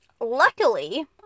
luckily